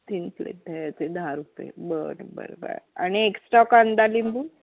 तीन प्लेट दह्याचे दहा रुपये बरं बरं बरं आणि एक्स्ट्रा कांदा लिंबू